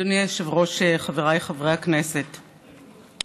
לא, זה השתמע ככה לכולם, אלעזר.